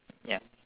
ya